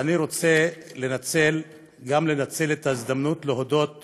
ואני רוצה לנצל את ההזדמנות להודות